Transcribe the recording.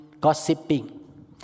gossiping